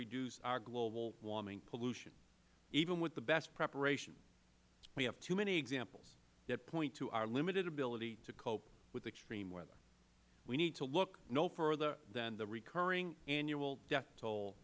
reduce our global warming pollution even with the best preparation we have too many examples that point to our limited ability to cope with extreme weather we need to look no further than the recurring annual death toll